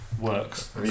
works